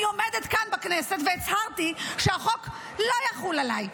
עומדת כאן בכנסת והצהרתי שהחוק לא יחול עליי,